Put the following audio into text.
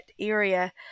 area